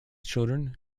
children